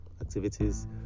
activities